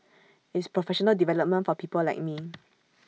it's professional development for people like me